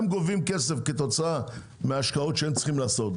הם גובים כסף כתוצאה מההשקעות שהם צריכים לעשות,